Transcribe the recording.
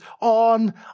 on